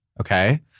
Okay